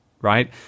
right